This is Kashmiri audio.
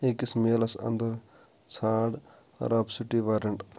أکِس میٖلَس انٛدَر ژھانٛڑ رب سٹی ورنٹ